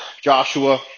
Joshua